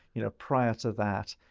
you know, prior to that,